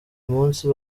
munsi